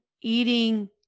eating